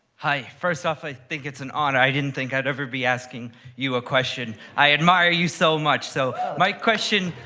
hi, first off, i think it's an honor. i didn't think i'd ever be asking you a question. i admire you so much. so my question